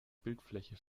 bildfläche